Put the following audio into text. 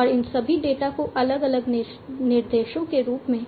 और इन सभी डेटा को अलग अलग निर्देशों के रूप में